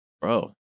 bro